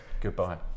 goodbye